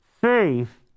safe